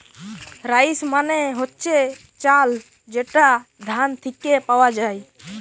rice মানে হচ্ছে চাল যেটা ধান থিকে পাওয়া যায়